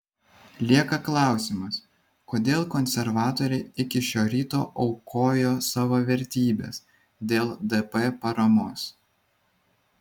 lieka klausimas kodėl konservatoriai iki šio ryto aukojo savo vertybes dėl dp paramos